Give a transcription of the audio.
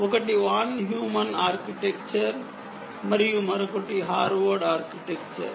ఒకటి von Neumann architecture మరియు మరొకటి హార్వర్డ్ ఆర్కిటెక్చర్